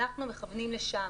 אנחנו מכוונים לשם.